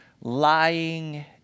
lying